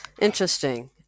Interesting